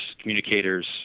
communicators